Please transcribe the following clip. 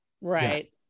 Right